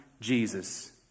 Jesus